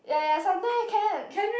ya ya Sunday can